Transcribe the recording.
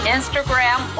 Instagram